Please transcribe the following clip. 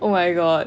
oh my god